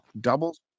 doubles